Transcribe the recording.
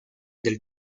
del